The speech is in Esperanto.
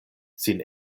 sin